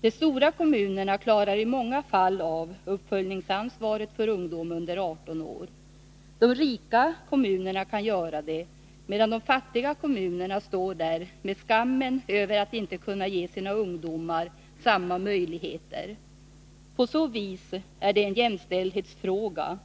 De stora kommunerna klarar i många fall av uppföljningsansvaret för ungdom under 18 år. De rika kommunerna kan göra det, medan de fattiga kommunerna står där med skammen över att inte kunna ge sina ungdomar samma möjligheter. På så vis är det en jämställdhetsfråga.